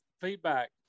feedback